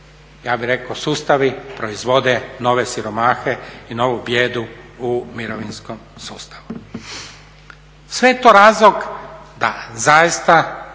ja bi rekao sustavi proizvod nove siromahe i novu bijedu u mirovinskom sustavu. Sve je to razlog da zaista